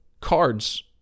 cards